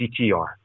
CTR